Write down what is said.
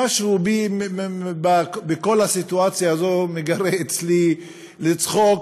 משהו בי, בכל הסיטואציה הזאת, מגרה אותי לצחוק.